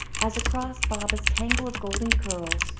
as, across baba's tangle of golden curls,